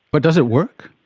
but does it work?